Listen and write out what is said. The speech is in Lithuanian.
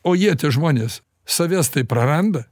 o jie tie žmonės savęs tai praranda